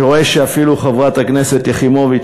אני רואה שאפילו חברת הכנסת יחימוביץ